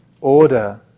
order